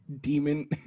demon